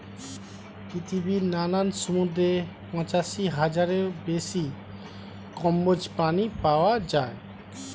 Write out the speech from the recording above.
পৃথিবীর নানান সমুদ্রে পঁচাশি হাজারেরও বেশি কম্বোজ প্রাণী পাওয়া যায়